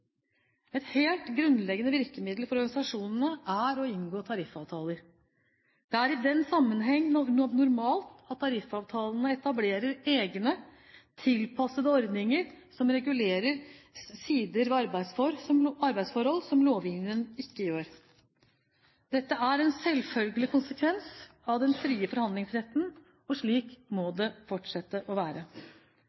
Et helt grunnleggende virkemiddel for organisasjonene er å inngå tariffavtaler. Det er i den sammenheng normalt at tariffavtalene etablerer egne, tilpassede ordninger som regulerer sider ved arbeidsforhold som lovgivningen ikke gjør. Dette er en selvfølgelig konsekvens av den frie forhandlingsretten, og slik må